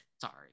sorry